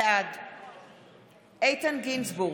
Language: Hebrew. בעד איתן גינזבורג,